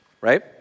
Right